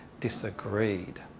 disagreed